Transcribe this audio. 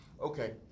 okay